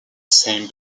same